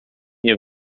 nie